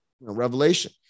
revelation